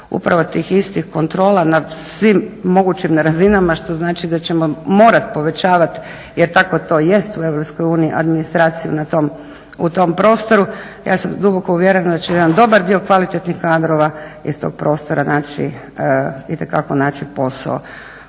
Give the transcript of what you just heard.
upravo tih istih kontrola na svim mogućim razinama što znači da ćemo morati povećavati jer tako to jest u EU administraciju u tom prostoru, ja sam duboko uvjerena da će jedan dobar dio kvalitetnih kadrova iz tog prostora naći itekako